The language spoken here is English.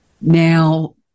Now